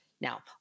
Now